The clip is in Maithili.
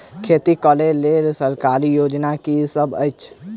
खेती करै लेल सरकारी योजना की सब अछि?